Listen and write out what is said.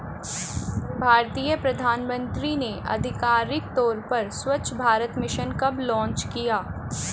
भारतीय प्रधानमंत्री ने आधिकारिक तौर पर स्वच्छ भारत मिशन कब लॉन्च किया?